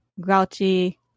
grouchy